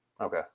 Okay